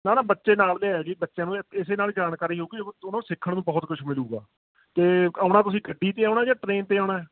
ਨਾ ਨਾ ਬੱਚੇ ਨਾਲ਼ ਲਿਆਓ ਜੀ ਬੱਚਿਆਂ ਨੂੰ ਇ ਇਸੇ ਨਾਲ਼ ਜਾਣਕਾਰੀ ਹੋਵੇਗੀ ਉਹਨਾਂ ਨੂੰ ਸਿੱਖਣ ਨੂੰ ਬਹੁਤ ਕੁਛ ਮਿਲੇਗਾ ਅਤੇ ਆਉਣਾ ਤੁਸੀਂ ਗੱਡੀ 'ਤੇ ਆਉਣਾ ਜਾਂ ਟ੍ਰੇਨ 'ਤੇ ਆਉਣਾ